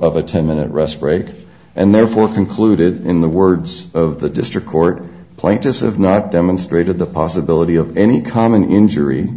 of a ten minute rest break and therefore concluded in the words of the district court plaintiffs have not demonstrated the possibility of any common injury